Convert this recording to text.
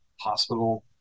hospital